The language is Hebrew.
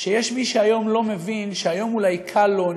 מי שהיום לא מבין שהיום אולי קל לו,